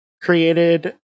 created